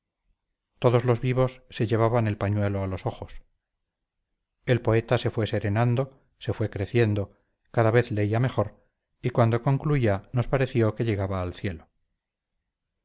todos los vivos se llevaban el pañuelo a los ojos el poeta se fue serenando se fue creciendo cada vez leía mejor y cuando concluía nos pareció que llegaba al cielo